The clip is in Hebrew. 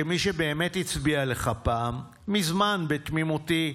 כמי שבאמת הצביע לך פעם מזמן בתמימותו,